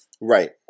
right